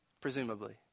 presumably